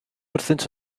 wrthynt